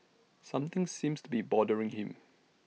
something seems to be bothering him